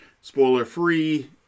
spoiler-free